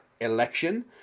Election